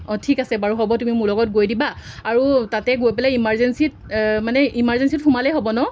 অঁ ঠিক আছে বাৰু হ'ব তুমি মোৰ লগত গৈ দিবা আৰু তাতে গৈ পেলাই ইমাৰজেঞ্চিত মানে ইমাৰজেঞ্চিত সোমালেই হ'ব ন